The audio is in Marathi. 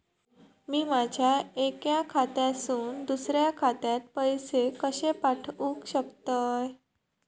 मी माझ्या एक्या खात्यासून दुसऱ्या खात्यात पैसे कशे पाठउक शकतय?